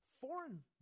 foreign